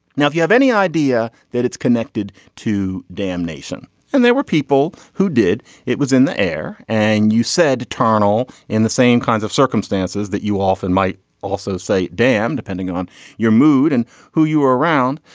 now if you have any idea that it's connected to damnation and there were people who did it was in the air and you said turn all in the same kinds of circumstances that you often might also say damn depending on your mood and who you are around.